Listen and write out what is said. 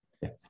yes